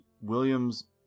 Williams